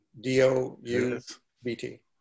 D-O-U-B-T